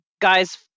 guys